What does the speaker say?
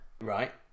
Right